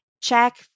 check